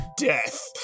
death